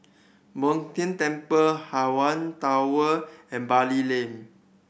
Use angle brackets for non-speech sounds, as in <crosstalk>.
<unintelligible> Tien Temple Hawaii Tower and Bali Lane